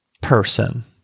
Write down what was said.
person